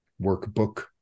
workbook